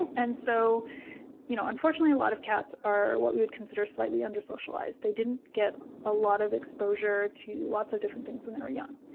and so you know unfortunately, a lot of cats are what we would consider slightly under socialized. they didn't get a lot of exposure to lots of different things when they were young.